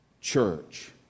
church